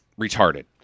retarded